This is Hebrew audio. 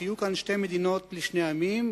שיהיו כאן שתי מדינות לשני עמים,